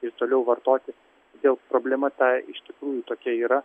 ir toliau vartoti todėl problema ta iš tikrųjų tokia yra